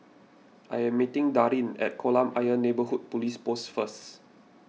I am meeting Darrin at Kolam Ayer Neighbourhood Police Post first